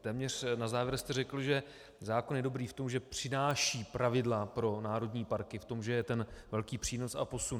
téměř na závěr jste řekl, že zákon je dobrý v tom, že přináší pravidla pro národní parky, v tom že je ten velký přínos a posun.